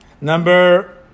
Number